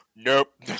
Nope